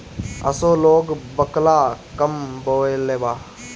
असो लोग बकला कम बोअलेबा